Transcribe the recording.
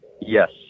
Yes